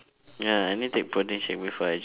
ya I need take protein shake before I gym